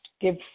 Give